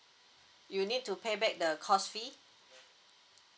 you need to pay back the course fee